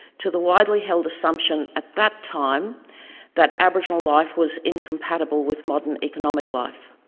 to the widely held assumption at that time that aboriginal life was incompatible with modern economic life.